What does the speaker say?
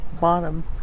bottom